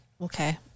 Okay